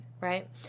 right